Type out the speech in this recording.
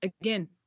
again